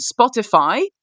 Spotify